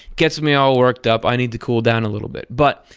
gets me all worked up. i need to cool down a little bit. but,